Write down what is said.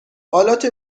آلات